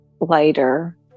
lighter